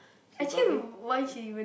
she probably